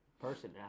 person